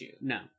No